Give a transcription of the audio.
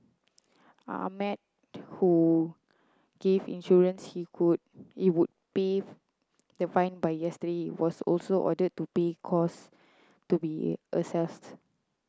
Ahmed who gave insurance he could he would pay the fine by yesterday was also ordered to pay costs to be assessed